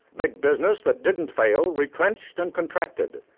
big business that didn't fail retrenched and contracted.